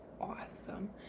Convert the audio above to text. awesome